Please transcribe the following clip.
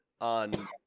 on